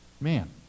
man